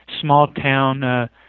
small-town